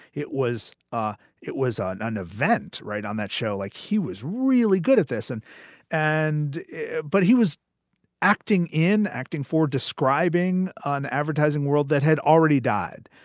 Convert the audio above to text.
it was ah it was a non-event right on that show. like he was really good at this and and but he was acting in acting for describing an advertising world that had already died.